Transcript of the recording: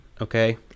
Okay